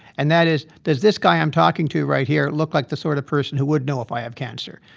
and that is does this guy i'm talking to right here look like the sort of person who would know if i have cancer?